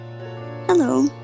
Hello